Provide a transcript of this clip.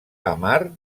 amar